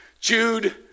Jude